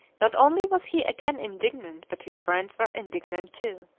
not only was he again indignant, but his friends were indignant too.